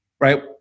right